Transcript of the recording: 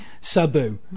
Sabu